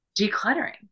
decluttering